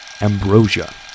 Ambrosia